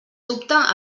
dubte